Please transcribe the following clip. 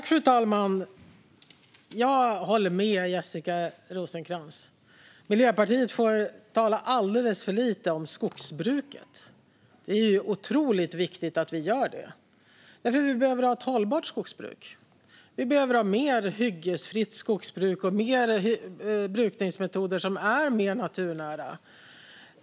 Fru talman! Jag håller med Jessica Rosencrantz. Miljöpartiet får tala alldeles för lite om skogsbruket. Det är otroligt viktigt att vi gör det därför att vi behöver ha ett hållbart skogsbruk. Vi behöver ha mer hyggesfritt skogsbruk och fler brukningsmetoder som är mer naturnära.